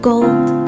gold